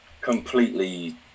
completely